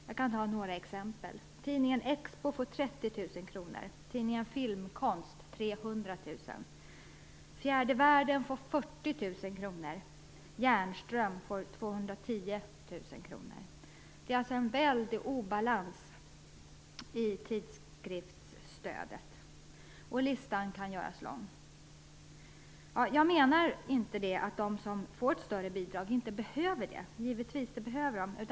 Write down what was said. Jag kan ta några exempel: Tidningen Expo får 30 000 kronor, tidningen Filmkonst Det är alltså en väldig obalans i tidskriftsstödet. Listan kan göras lång. Jag menar inte att de som får ett större bidrag inte behöver det, givetvis behöver de det.